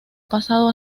pasado